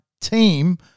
team